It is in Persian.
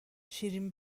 شیرین